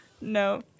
No